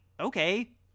okay